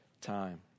time